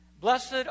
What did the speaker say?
Blessed